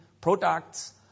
products